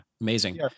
Amazing